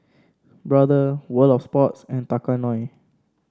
Brother World Of Sports and Tao Kae Noi